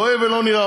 רואה ולא נראה,